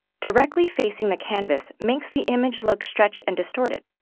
directly facing the canvas makes the image look stretched and distorted,